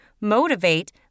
Motivate